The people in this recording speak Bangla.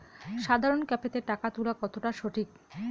সাধারণ ক্যাফেতে টাকা তুলা কতটা সঠিক?